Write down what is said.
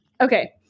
Okay